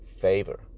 favor